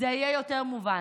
זה יהיה יותר מובן: